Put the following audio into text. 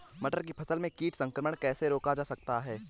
मटर की फसल में कीट संक्रमण कैसे रोका जा सकता है?